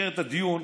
במסגרת הדיון,